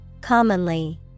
Commonly